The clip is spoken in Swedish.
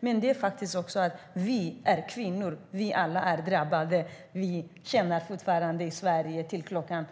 Men det är också så att vi alla är kvinnor, att vi alla är drabbade. I Sverige tjänar vi fortfarande bara pengar fram till kl. 15.56.